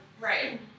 right